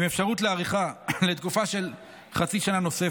עם אפשרות להארכה לתקופה של חצי שנה נוספת.